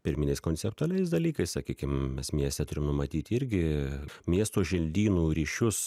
pirminiais konceptualiais dalykais sakykim mes mieste turim numatyti irgi miesto želdynų ryšius